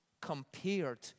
compared